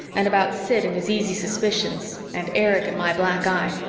and about sid and his easy suspicions, and erich and my black eye,